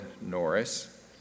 Norris